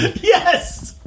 Yes